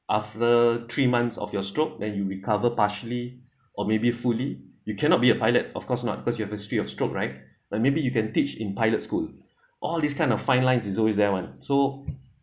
after three months of your stroke then you recover partially or maybe fully you cannot be a pilot of course not cause you have a history of stroke right but maybe you can teach in pilot school all these kind of fine lines is always there [one] so